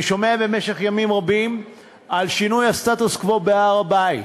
אני שומע במשך ימים רבים על שינוי הסטטוס קוו בהר-הבית.